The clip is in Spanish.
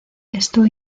esto